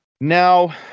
Now